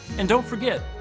and don't forget,